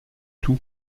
tout